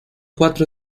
cuatro